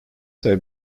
have